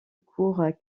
court